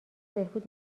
بهبود